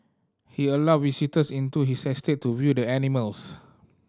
he allowed visitors into his estate to view the animals